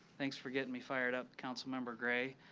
thanks for getting me fired up council member gray.